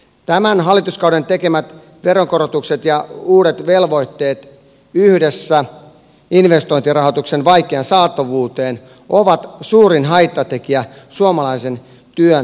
tämän hallituskauden aikana tehdyt veronkorotukset ja uudet velvoitteet yhdessä investointirahoituksen vaikean saatavuuden kanssa ovat suurin haittatekijä suomalaisen työn menestykselle